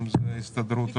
אם זו הסתדרות המורים,